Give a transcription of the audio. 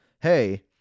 hey